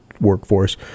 workforce